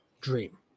dream